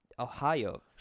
Ohio